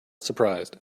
surprised